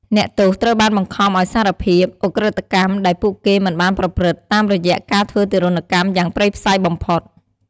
អ្នកទោសត្រូវបានបង្ខំឱ្យសារភាព "ឧក្រិដ្ឋកម្ម" ដែលពួកគេមិនបានប្រព្រឹត្ត តាមរយៈការធ្វើទារុណកម្មយ៉ាងព្រៃផ្សៃបំផុត។